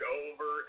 over